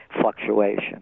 fluctuation